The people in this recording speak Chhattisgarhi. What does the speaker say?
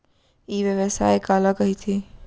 ई व्यवसाय काला कहिथे?